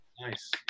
Nice